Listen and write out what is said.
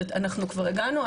אנחנו כבר הגענו,